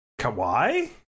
Kawaii